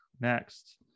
next